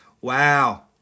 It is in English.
Wow